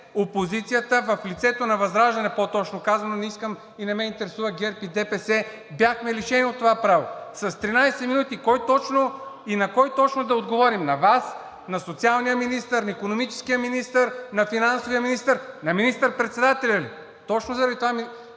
опозицията, в лицето на ВЪЗРАЖДАНЕ – по-точно казано, не искам и не ме интересува ГЕРБ и ДПС, бяхме лишени от това право. С 13 минути кой точно и на кой точно да отговорим? На Вас, на социалния министър, на икономическия министър, на финансовия министър, на министър-председателя ли? Точно заради това, господин